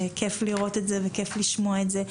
כייף לראות את זה וכייף לשמוע שיש את הדברים האלו.